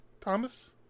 Thomas